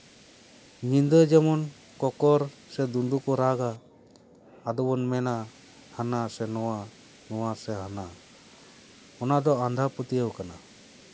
ᱧᱤᱫᱟᱹ ᱡᱮᱢᱚᱱ ᱠᱚᱠᱚᱨ ᱥᱮ ᱫᱩᱫᱩ ᱠᱚ ᱨᱟᱜᱟ ᱟᱫᱚ ᱵᱚᱱ ᱢᱮᱱᱟ ᱦᱟᱱᱟ ᱥᱮ ᱱᱚᱶᱟ ᱱᱚᱶᱟ ᱥᱮ ᱦᱟᱱᱟ ᱚᱱᱟ ᱫᱚ ᱟᱸᱫᱷᱟ ᱯᱟᱹᱛᱭᱟᱹᱣ ᱠᱟᱱᱟ